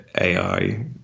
AI